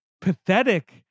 pathetic